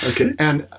Okay